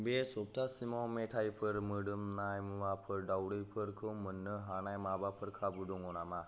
बे सप्तासिमाव मोदोमनाय मुवाफोर दावदैफोर खौ मोन्नो हानाय माबाफोर खाबु दङ' नामा